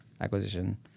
acquisition